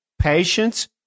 patience